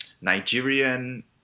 Nigerian